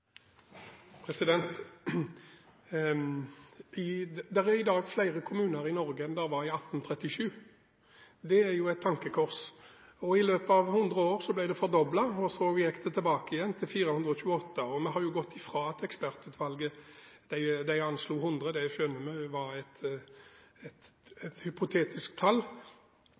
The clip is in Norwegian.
er i dag flere kommuner i Norge enn det var i 1837, og det er jo et tankekors. I løpet av 100 år ble tallet fordoblet, og så gikk det tilbake igjen til 428. Og vi har jo gått bort fra ekspertutvalget, som anslo 100, og det skjønner vi var et hypotetisk